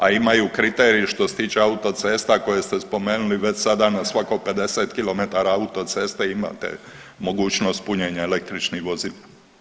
A imaju kriterij što se tiče autocesta koje ste spomenuli već sada na svako 50 km autoceste imate mogućnost punjenja električnih vozila.